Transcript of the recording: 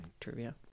trivia